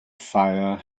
fire